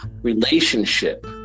relationship